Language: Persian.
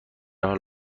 حال